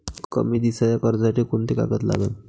कमी दिसाच्या कर्जासाठी कोंते कागद लागन?